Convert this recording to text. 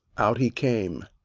out he came.